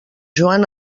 joan